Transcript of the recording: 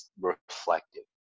reflective